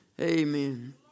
Amen